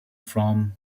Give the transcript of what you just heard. from